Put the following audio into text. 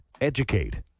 educate